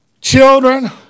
Children